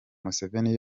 museveni